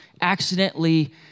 accidentally